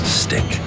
stick